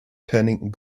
turning